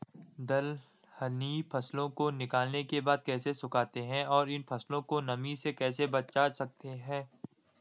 दलहनी फसलों को निकालने के बाद कैसे सुखाते हैं और इन फसलों को नमी से कैसे बचा सकते हैं?